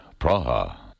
Praha